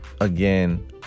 again